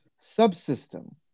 subsystem